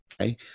Okay